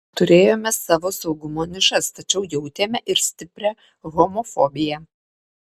turėjome savo saugumo nišas tačiau jautėme ir stiprią homofobiją